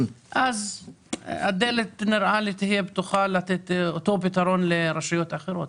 אז נראה לחי שהדלת תהיה פתוחה לתת את אותו פתרון לרשויות אחרות.